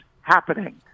happening